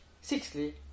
sixthly